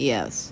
Yes